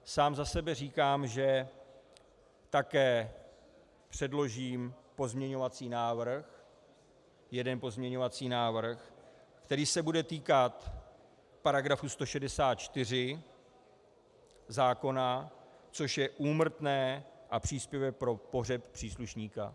Sám za sebe říkám, že také předložím pozměňovací návrh, jeden pozměňovací návrh, který se bude týkat § 164 zákona, což je úmrtné a příspěvek pro pohřeb příslušníka.